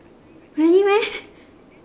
really meh